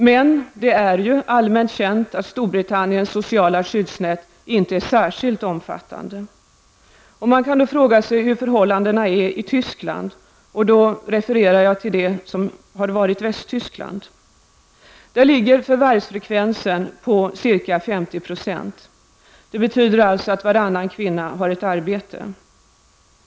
Men det är ju allmänt känt att Storbritanniens sociala skyddsnät inte är särskilt omfattande. Hur är då förhållandena i Tyskland -- och jag refererar till det som varit i Västtyskland? Förvärvsfrekvensen ligger på ca 50 %. Det betyder alltså att varannan kvinna har ett arbete.